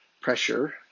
pressure